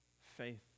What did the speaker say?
faith